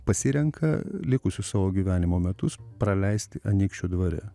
pasirenka likusius savo gyvenimo metus praleisti anykščių dvare